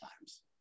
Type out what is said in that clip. times